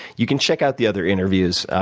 you can check out the other interviews.